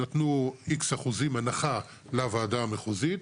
נתנו X אחוזי הנחה לוועדה המחוזית,